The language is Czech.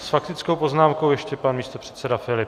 S faktickou poznámkou ještě pan místopředseda Filip.